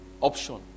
option